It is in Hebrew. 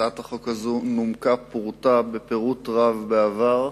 הצעת החוק הזאת נומקה בפירוט רב בעבר.